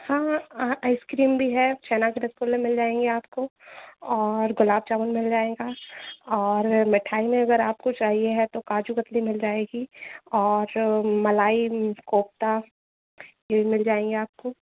हाँ ice cream भी है छेना का रसगुल्ला मिल जाएँगे आपको और गुलाब जामुन मिल जाएगा और मिठाई वग़ैरह आपको चाहिए है तो काजू कतली मिल जाएगी और मलाई कोफ़्ता भी मिल जाएगी आपको